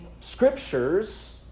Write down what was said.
scriptures